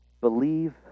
believe